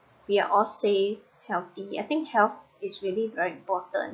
we are all safe healthy I think health is really very important